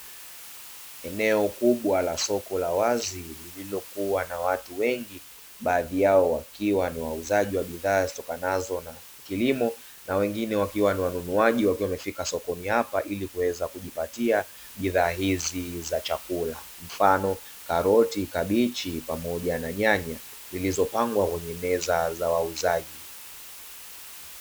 Eneo kubwa la soko la wazi lililokuwa na watu wengi, baadhi yao wakiwa ni wauzaji wa bidhaa zitokanazo na kilimo na wengine wakiwa ni wanunuaji wakiwa wamefika sokoni hapo ili kuweza kujipatia bidhaa hizi za chakula, mfano: karoti, kabichi pamoja na nyanya; zilizopangwa kwenye meza za wauzaji.